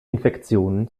infektionen